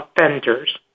offenders